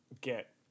get